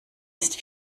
ist